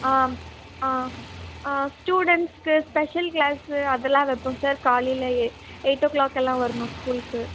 ஆ ஆ ஆ ஸ்டூடண்ட்ஸ்க்கு ஸ்பெஷல் க்ளாஸு அதெல்லாம் வைப்போம் சார் காலைல ஏ எயிட் ஓ க்ளாக் எல்லாம் வரணும் ஸ்கூலுக்கு